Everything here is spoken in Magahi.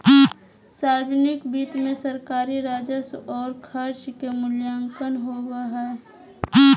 सावर्जनिक वित्त मे सरकारी राजस्व और खर्च के मूल्यांकन होवो हय